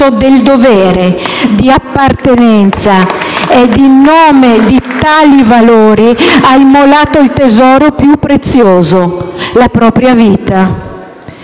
del dovere, di appartenenza e in nome di tali valori ha immolato il tesoro più prezioso, la propria vita.